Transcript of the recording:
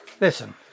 Listen